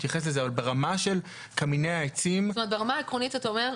ברמה העקרונית אתה אומר,